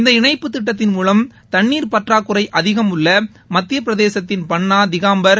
இந்த இணைப்புத் திட்டத்தின் மூலம் தண்ணீர் பற்றறக்குறை அதிகம் உள்ள மத்தியப் பிரதேசத்தின் பன்னா திகாம்கர்